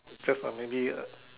just like maybe a